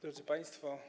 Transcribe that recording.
Drodzy Państwo!